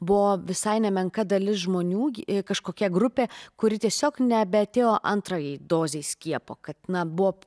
buvo visai nemenka dalis žmonių gi kažkokia grupė kuri tiesiog nebeatėjo antrajai dozei skiepo kad na buvo